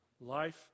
Life